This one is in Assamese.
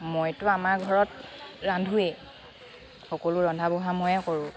মইতো আমাৰ ঘৰত ৰান্ধোৱেই সকলো ৰন্ধা বঢ়া ময়ে কৰোঁ